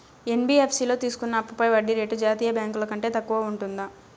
NBFC లో తీసుకున్న అప్పుపై వడ్డీ రేటు జాతీయ బ్యాంకు ల కంటే తక్కువ ఉంటుందా?